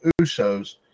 Usos